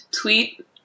tweet